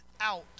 out